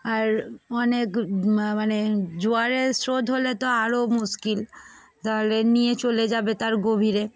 আর অনেক মানে জোয়ারের স্রোত হলে তো আরও মুশকিল তাহলে নিয়ে চলে যাবে তার গভীরে